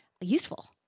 useful